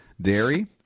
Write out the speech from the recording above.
dairy